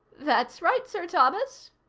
that's right, sir thomas,